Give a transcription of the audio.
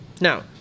Now